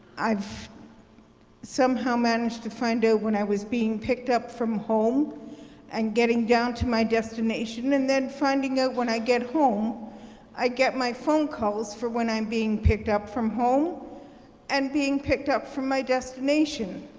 i've somehow managed to find out when i was being picked up from home and getting down to my destination, and then finding ah when i get home i get my phone calls for when i'm being picked up from home and being picked up from my destination.